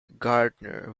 gardner